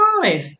five